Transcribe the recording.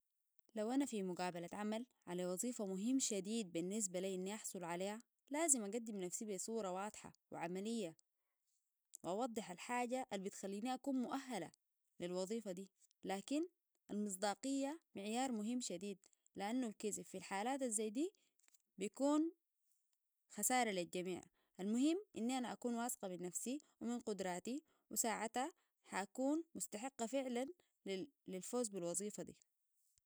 لو أنا في مقابلة عمل على وظيفة مهم شديد بالنسبة لي أني أحصل عليها لازم أقدم نفسي بصورة واضحة وعملية وأوضح الحاجة البتخليني أكون مؤهلة للوظيفة دي لكن المصداقية معيار مهم شديدلأن الكذب في الحالات الزي دي بيكون خسارة للجميع المهم أني أنا أكون واثقة من نفسي ومن قدراتي وساعتها هأكون مستحقة فعلا للفوز بالوظيفة دي